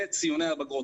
לציוני הבגרות.